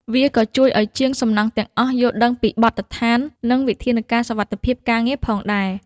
វាក៏ជួយឱ្យជាងសំណង់ទាំងអស់យល់ដឹងពីបទដ្ឋាននិងវិធានការសុវត្ថិភាពការងារផងដែរ។